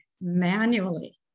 manually